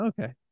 okay